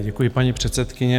Děkuji, paní předsedkyně.